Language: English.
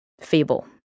fable